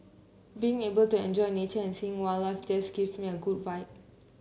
being able to enjoy nature and seeing wildlife just give me a good vibe